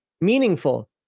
meaningful